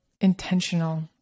intentional